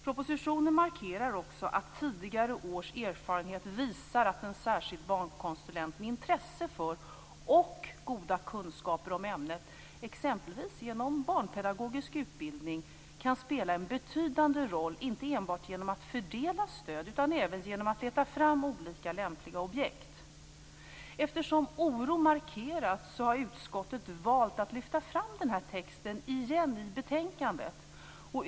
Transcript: Propositionen markerar också att tidigare års erfarenhet visar att en särskild barnkonsulent med intresse för och goda kunskaper om ämnet, exempelvis genom barnpedagogisk utbildning, kan spela en betydande roll inte enbart genom att fördela stöd utan även genom att leta fram olika lämpliga objekt. Eftersom oro markerats har utskottet valt att lyfta fram den här texten igen i betänkandet.